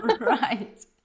Right